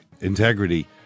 integrity